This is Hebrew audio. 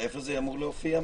איפה זה אמור להופיע?